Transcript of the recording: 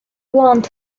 want